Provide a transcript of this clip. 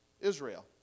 Israel